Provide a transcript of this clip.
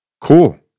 Cool